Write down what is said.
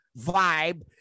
vibe